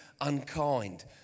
unkind